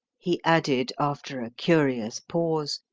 he added after a curious pause,